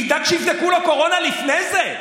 תדאג שיבדקו להם קורונה לפני זה.